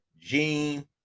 Gene